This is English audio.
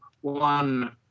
one